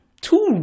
two